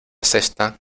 cesta